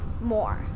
more